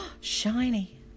shiny